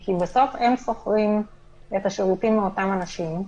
כי בסוף הם שוכרים את השירותים מאותם אנשים,